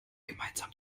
gemeinsam